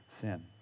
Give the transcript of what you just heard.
sin